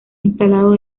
instalado